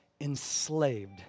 enslaved